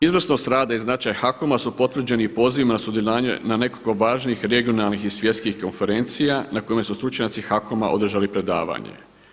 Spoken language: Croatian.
Izvrsnost rada i značaj HAKOM-a su potvrđeni pozivima na sudjelovanje na nekoliko važnih regionalnih i svjetskih konferencija na kojima su stručnjaci HAKOM-a održali predavanje.